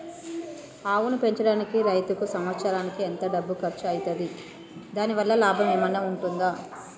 ఆవును పెంచడానికి రైతుకు సంవత్సరానికి ఎంత డబ్బు ఖర్చు అయితది? దాని వల్ల లాభం ఏమన్నా ఉంటుందా?